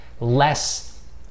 less